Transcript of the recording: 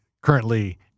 currently